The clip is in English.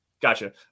Gotcha